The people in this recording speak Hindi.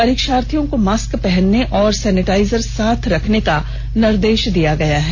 परीक्षार्थियों को मास्क पहनने और सेनिटाइजर साथ रखने का निर्देश दिया गया है